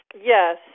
Yes